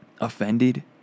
Offended